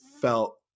felt